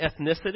ethnicity